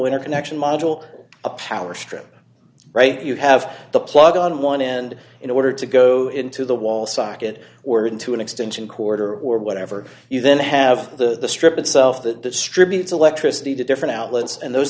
interconnection model a power strip right you have the plug on one end in order to go into the wall socket or into an extension cord or or whatever you then have the strip itself that distributes electricity to different outlets and those